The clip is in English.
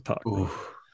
talk